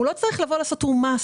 לבוא לעשות תיאום מס,